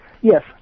Yes